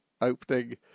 opening